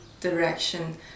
direction